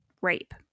rape